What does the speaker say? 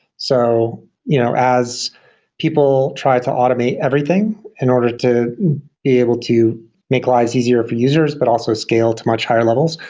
so you know as people try to automate everything in order to be able to make life easier for users, but also scale to much higher levels,